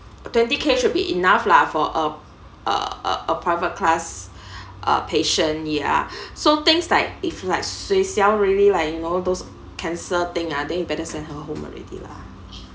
twenty K should be enough lah for uh uh a private class uh patient ya so things like if like sui seow really like you know those cancer thing ah I think it's better send her home already lah